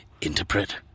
interpret